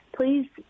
Please